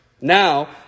Now